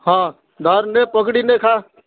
ହଁ ଧର୍ ନେ ପକ୍ଡ଼ି ନେ ଖା